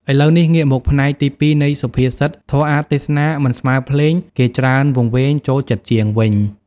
ឥឡូវនេះ ងាកមកផ្នែកទីពីរនៃសុភាសិត "ធម៌អាថ៌ទេសនា មិនស្មើភ្លេង គេច្រើនវង្វេង ចូលចិត្តជាង" វិញ។